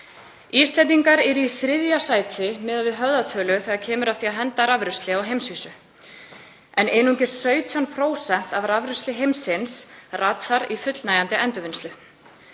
Íslendingar eru í þriðja sæti miðað við höfðatölu þegar kemur að því að henda rafrusli á heimsvísu en einungis 17% af afrennsli heimsins rata í fullnægjandi endurvinnslu.